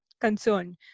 concern